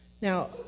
Now